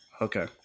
Okay